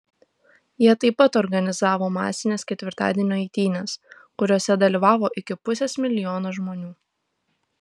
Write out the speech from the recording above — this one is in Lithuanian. jie taip pat organizavo masines ketvirtadienio eitynes kuriose dalyvavo iki pusės milijono žmonių